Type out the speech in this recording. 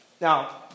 Now